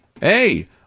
hey